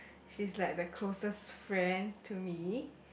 she's like the closest friend to me